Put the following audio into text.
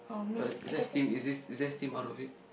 but is that steam is this is there steam out of it